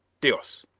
dios!